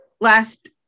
last